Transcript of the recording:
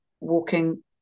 walking